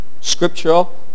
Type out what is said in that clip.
scriptural